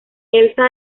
elsa